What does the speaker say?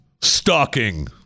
stalking